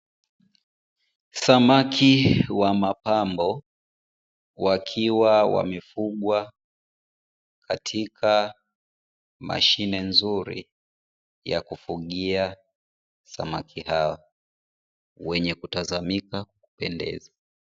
Samaki wa mapambo wakiwa wamefugwa katika mashine nzuri ya kufugia samaki hawa wenye kutazamika kupendeza.